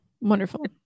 wonderful